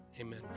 Amen